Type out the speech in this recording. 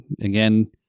again